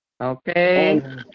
Okay